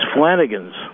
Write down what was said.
Flanagan's